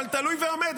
אבל תלוי ועומד,